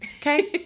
Okay